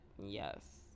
Yes